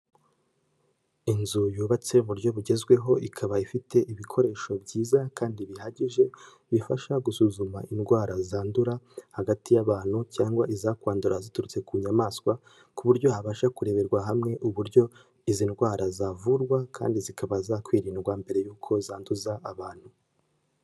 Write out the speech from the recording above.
Inzu yubatse mu buryo bugezweho, ikaba ifite ibikoresho byiza kandi bihagije bifasha gusuzuma indwara zandura, hagati y'abantu cyangwa izakwandura ziturutse ku nyamaswa ku buryo habasha kureberwa hamwe uburyo izi ndwara zavurwa kandi zikaba zakwirindwa mbere y'uko zanduza abantu.